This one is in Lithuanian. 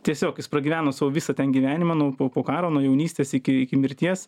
tiesiog jis pragyveno savo visą gyvenimą nu po po karo nuo jaunystės iki iki mirties